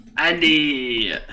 Andy